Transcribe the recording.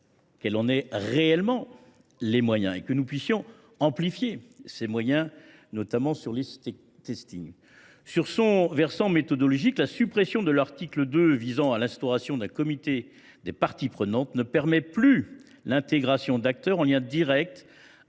qu’elle en ait réellement les moyens et que nous puissions amplifier ces derniers, notamment sur les. Pour ce qui concerne le versant méthodologique du texte, la suppression de l’article 2 visant à l’instauration d’un comité des parties prenantes ne permet plus l’intégration d’acteurs en lien direct